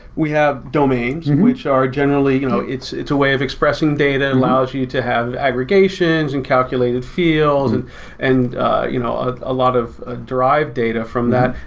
we have domains which are generally you know it's it's a way of expressing data, allows you to have aggregations and calculated field and and you know ah a lot of ah drive data from that.